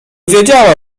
wiedziała